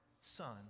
Son